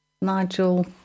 Nigel